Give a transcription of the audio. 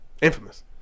Infamous